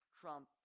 Trump